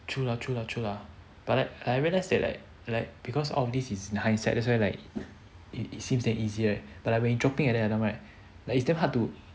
true lah true lah true lah but like I realised that like like because all of this is in hindsight that's why like it it seems that easier but when dropping that time right like it's damn hard to